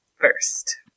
first